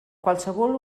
qualsevol